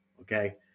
okay